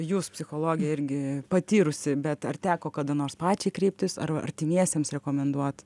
jūs psichologė irgi patyrusi bet ar teko kada nors pačiai kreiptis ar artimiesiems rekomenduot